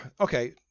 okay